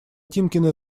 тимкины